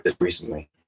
recently